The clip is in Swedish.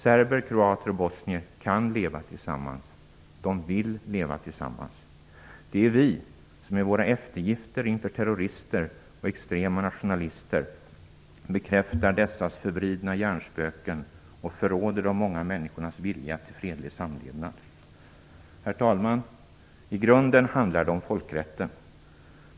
Serber, kroater och bosnier kan leva tillsammans. De vill leva tillsammans. Det är vi som i våra eftergifter inför terrorister och extrema nationalister bekräftar dessas förvridna hjärnspöken och förråder de många människornas vilja till fredlig samlevnad. Herr talman! I grunden handlar det om folkrätten.